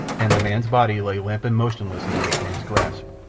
and the man's body lay limp and motionless in the ape-man's grasp.